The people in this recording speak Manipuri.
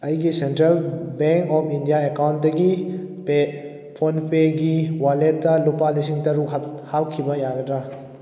ꯑꯩꯒꯤ ꯁꯦꯟꯇ꯭ꯔꯦꯜ ꯕꯦꯡ ꯑꯣꯐ ꯏꯟꯗꯤꯌꯥ ꯑꯦꯀꯥꯎꯟꯗꯒꯤ ꯐꯣꯟꯄꯦꯒꯤ ꯋꯥꯂꯦꯠꯇ ꯂꯨꯄꯥ ꯂꯤꯁꯤꯡ ꯇꯔꯨꯛ ꯍꯥꯞꯈꯤꯕ ꯌꯥꯒꯗ꯭ꯔꯥ